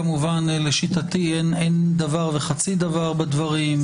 כמובן לשיטתי אין דבר וחצי דבר בדברים.